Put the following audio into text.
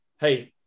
hey